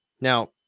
now